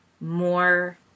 more